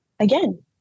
Again